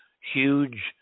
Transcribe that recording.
huge